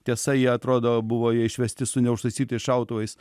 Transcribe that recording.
tiesa jie atrodo buvo jie išvesti su neužtaisytais šautuvais